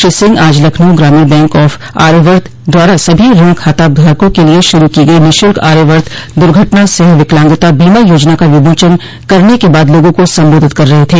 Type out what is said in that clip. श्री सिंह आज Lucknow Gramin bank of Aryavart द्वारा सभी ऋण खाता धारकों के लिए शुरू की गई निःशुल्क आर्यावर्त दुर्घटना सहविकलांगता बीमा योजना का विमोचन करने के बाद लोगों को संबोधित कर रहे थे